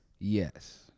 Yes